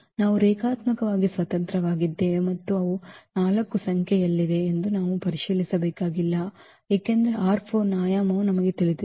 ನಾವು ರೇಖಾತ್ಮಕವಾಗಿ ಸ್ವತಂತ್ರವಾಗಿದ್ದೇವೆ ಮತ್ತು ಅವು 4 ಸಂಖ್ಯೆಯಲ್ಲಿವೆ ಎಂದು ನಾವು ಪರಿಶೀಲಿಸಬೇಕಾಗಿಲ್ಲ ಏಕೆಂದರೆ ನ ಆಯಾಮವೂ ನಮಗೆ ತಿಳಿದಿದೆ